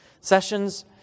sessions